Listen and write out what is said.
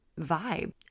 vibe